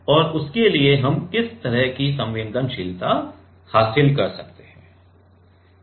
और उसके लिए हम किस तरह की संवेदनशीलता हासिल कर सकते हैं